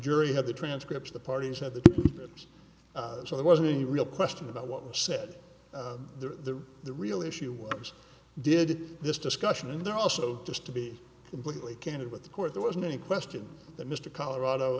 jury had the transcripts the parties at the so there wasn't any real question about what was said the the real issue was did this discussion in there also just to be completely candid with the court there wasn't any question that mr colorado